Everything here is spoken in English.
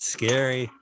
scary